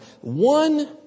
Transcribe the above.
One